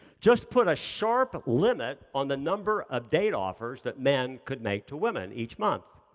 just put a sharp limit on the number of date offers that men could make to women each month.